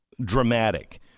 dramatic